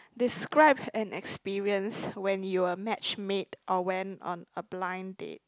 describe an experience when you were match made or went on a blind date